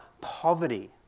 poverty